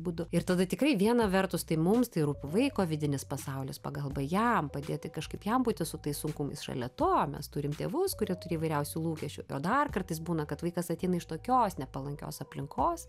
būdu ir tada tikrai viena vertus tai mums tai rūpi vaiko vidinis pasaulis pagalba jam padėti kažkaip jam būti su tais sunkumais šalia to mes turime tėvus kurie turi įvairiausių lūkesčių o dar kartais būna kad vaikas ateina iš tokios nepalankios aplinkos